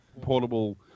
portable